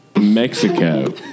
Mexico